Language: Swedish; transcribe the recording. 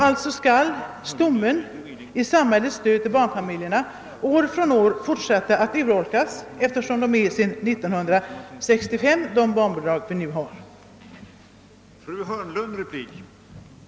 Alltså skall stommen i samhällets stöd till barnfamiljerna år från år urholkas, eftersom de barnbidrag vi nu har varit oförändrade sedan 1965.